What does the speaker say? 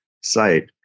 site